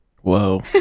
Whoa